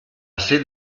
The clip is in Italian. sede